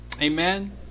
amen